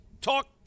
talk